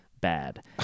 bad